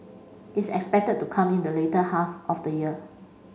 is expected to come in the later half of the year